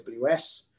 AWS